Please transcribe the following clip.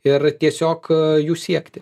ir tiesiog jų siekti